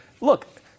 look